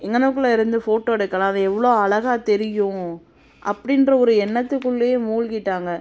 எங்கனக்குள்ளே இருந்து ஃபோட்டோ எடுக்கலாம் அது எவ்வளோ அழகா தெரியும் அப்படின்ற ஒரு எண்ணத்துக்குள்ளேயே மூழ்கிட்டாங்க